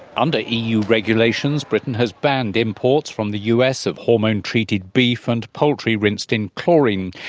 and eu regulations, britain has banned imports from the u s. of hormone-treated beef and poultry rinsed in chlorine,